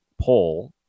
poll